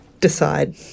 decide